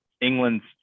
England's